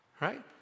right